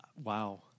Wow